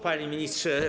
Panie Ministrze!